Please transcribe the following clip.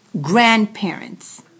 grandparents